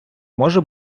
може